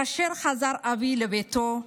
כאשר חזר אבי לביתו,